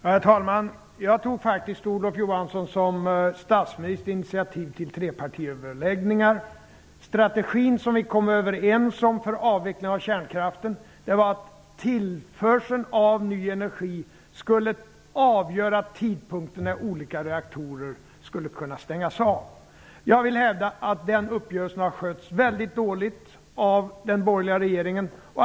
Herr talman! Som statsminister tog jag faktiskt, Olof Johansson, initiativ till trepartiöverläggningar. Strategin som vi kom överens om för avveckling av kärnkraften var att tillförseln av ny energi skulle avgöra tidpunkten när olika reaktorer skulle kunna stängas av. Jag vill hävda att den uppgörelsen har skötts väldigt dåligt av den borgerliga regeringen.